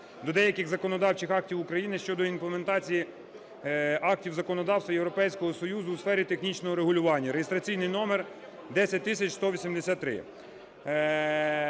до деяких законодавчих актів України щодо імплементації актів законодавства Європейського Союзу у сфері технічного регулювання (реєстраційний номер 10183).